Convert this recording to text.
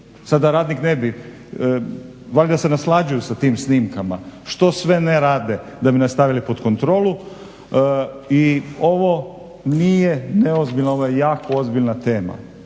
Sad da radnik ne bi, valjda se naslađuju sa tim snimkama. Što sve ne rade da bi nas stavili pod kontrolu i ovo nije neozbiljna, ovo je jako ozbiljna tema.